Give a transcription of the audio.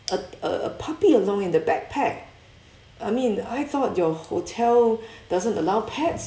a a a puppy along in the backpack I mean I thought your hotel doesn't allow pets